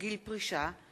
הצעת חוק גיל פרישה (תיקון,